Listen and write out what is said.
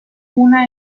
una